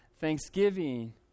Thanksgiving